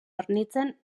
hornitzen